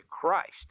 Christ